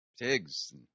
pigs